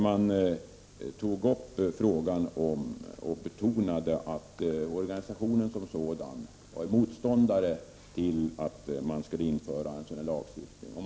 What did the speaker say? Man betonade i skrivelsen att organisationen som sådan är motståndare till att denna lagstiftning införs.